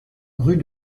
rue